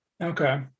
okay